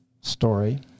story